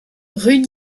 rue